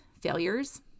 failures